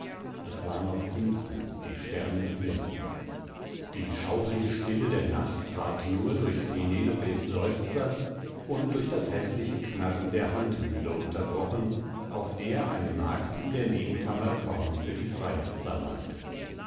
es war noch finster die sterne flimmerten die schaurige stille der nacht ward nur durch penelopes seufzer und durch das häßliche knarren der handmühle im ganzen altertume mahlte man das getreide noch wie wir den kaffee auf handmühlen welches eine der schwersten sklavenarbeiten war unterbrochen auf der eine magd in der nebenkammer korn für die freier